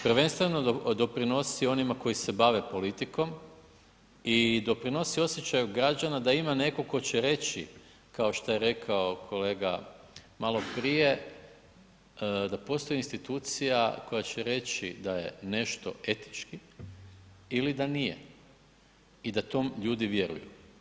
Prvenstveno doprinosi onima koji se bave politikom i doprinosi osjećaju građana da ima netko tko će reći kao što je rekao kolega maloprije da postoji institucija koja će reći da je nešto etički ili da nije i da to ljudi vjeruju.